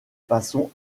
façon